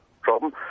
problem